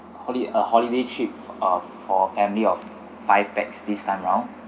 holiday uh holiday trip uh for family of five pax this time round